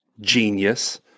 genius